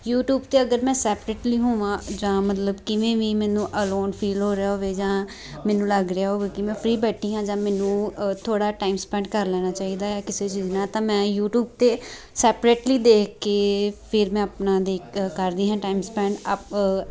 YouTube 'ਤੇ ਅਗਰ ਮੈਂ ਸੈਪਰੇਟਲੀ ਹੋਵਾਂ ਜਾਂ ਮਤਲਬ ਕਿਵੇਂ ਵੀ ਮੈਨੂੰ ਅਲੋਨ ਫੀਲ ਹੋ ਰਿਹਾ ਹੋਵੇ ਜਾਂ ਮੈਨੂੰ ਲੱਗ ਰਿਹਾ ਹੋਵੇ ਕਿ ਮੈਂ ਫਰੀ ਬੈਠੀ ਹਾਂ ਜਾਂ ਮੈਨੂੰ ਥੋੜ੍ਹਾ ਟਾਈਮ ਸਪੈਂਡ ਕਰ ਲੈਣਾ ਚਾਹੀਦਾ ਹੈ ਕਿਸੇ ਚੀਜ਼ ਨਾਲ ਤਾਂ ਮੈਂ ਯੂਟੀਊਬ 'ਤੇ ਸੈਪਰੇਟਲੀ ਦੇਖ ਕੇ ਫਿਰ ਮੈਂ ਆਪਣਾ ਦੇਖ ਕਰਦੀ ਹਾਂ ਟਾਈਮ ਸਪੈਂਡ ਅਪ